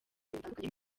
bitandukanye